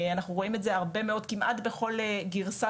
אנחנו רואים את זה הרבה מאוד וכמעט בכל גרסה